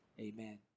Amen